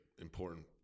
important